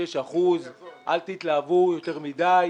שלא נמצא היום בהצעת החוק,